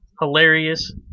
hilarious